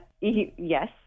yes